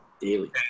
Daily